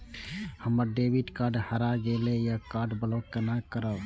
हमर debit card हरा गेल ये कार्ड ब्लॉक केना करब?